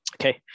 Okay